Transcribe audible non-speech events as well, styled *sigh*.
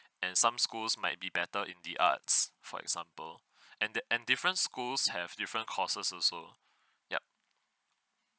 and some schools might be better in the arts for example *breath* and that and different schools have different courses also yup